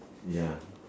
ya